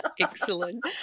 Excellent